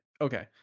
Okay